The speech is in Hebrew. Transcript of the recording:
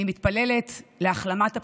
אני מתפללת להחלמת הפצועים.